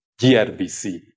GRBC